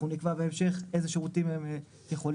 אנחנו נקבע בהמשך אילו שירותים הם יכולים